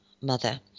mother